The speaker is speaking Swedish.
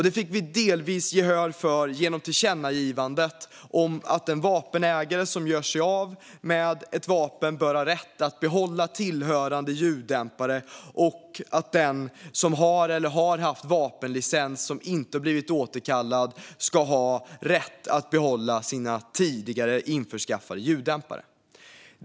Det fick vi delvis gehör för genom tillkännagivandet om att en vapenägare som gör sig av med ett vapen bör ha rätt att behålla tillhörande ljuddämpare och att den som har eller har haft vapenlicens som inte har blivit återkallad ska ha rätt att behålla sina tidigare införskaffade ljuddämpare.